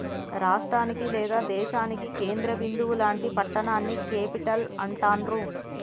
రాష్టానికి లేదా దేశానికి కేంద్ర బిందువు లాంటి పట్టణాన్ని క్యేపిటల్ అంటాండ్రు